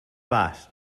pas